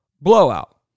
blowout